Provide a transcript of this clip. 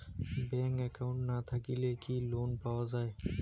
Bank account না থাকিলে কি লোন পাওয়া য়ায়?